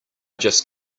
just